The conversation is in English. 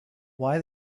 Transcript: why